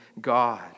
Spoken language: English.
God